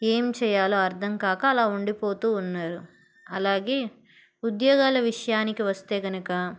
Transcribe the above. ఏం చేయాలో అర్థం కాక అలా ఉండిపోతూ ఉన్నారు అలాగే ఉద్యోగాల విషయానికి వస్తే కనుక